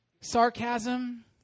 sarcasm